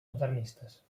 modernistes